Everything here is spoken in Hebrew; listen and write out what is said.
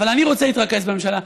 אבל אני רוצה להתרכז בממשלה.